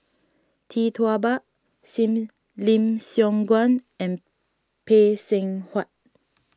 Tee Tua Ba Lim Siong Guan and Phay Seng Whatt